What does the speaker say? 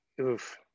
oof